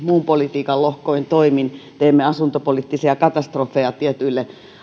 muiden politiikan lohkojen toimin teemme asuntopoliittisia katastrofeja tietyille